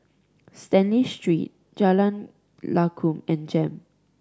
Stanley Street Jalan Lakum and JEM